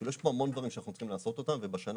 יש פה המון דברים שאנחנו צריכים לעשות אותם ובשנה